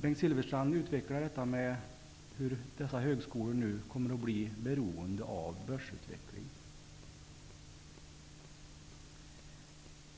Bengt Silfverstrand utvecklade hur dessa högskolor nu kommer att bli beroende av börsens utveckling.